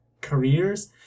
careers